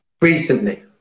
recently